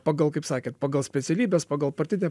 pagal kaip sakėt pagal specialybes pagal partinę